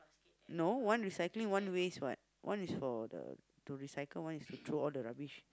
no one recycling one waste what one is for the to recycle one is to throw all the rubbish